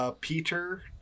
Peter